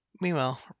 Meanwhile